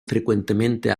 frecuentemente